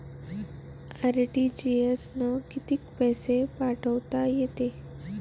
RTGS न कितीक पैसे पाठवता येते?